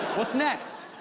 what's next?